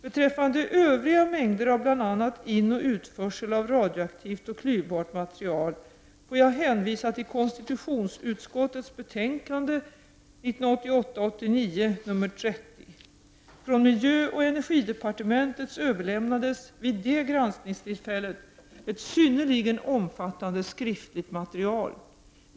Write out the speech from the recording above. Beträffande övriga mängder av bl.a. inoch utförsel av radioaktivt och klyvbart material får jag hänvisa till konstitutionsutskottets betänkande 1988/89:KU30, s. 86 ff. Från miljöoch energidepartementet överlämnades vid det granskningstillfället ett synnerligen omfattande skriftligt material.